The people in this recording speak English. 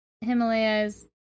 Himalayas